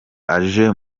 aje